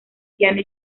piano